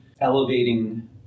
elevating